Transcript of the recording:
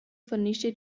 fornisce